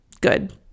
good